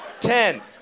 ten